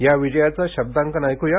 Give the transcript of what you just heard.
या विजयाचं शब्दांकन ऐक्या